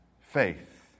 faith